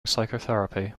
psychotherapy